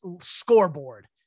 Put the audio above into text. scoreboard